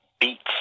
beats